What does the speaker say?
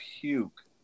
puke